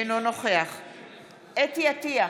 אינו נוכח חוה אתי עטייה,